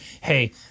hey